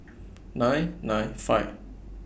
nine nine five